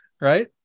right